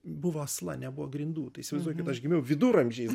buvo asla nebuvo grindų tai įsivaizduokit aš gimiau viduramžiais